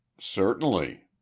Certainly